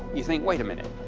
you think, wait a minute,